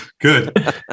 Good